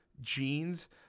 jeans